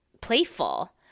playful